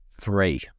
three